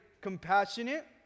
compassionate